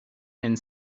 and